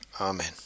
Amen